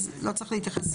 אז לא צריך להתייחס.